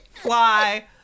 fly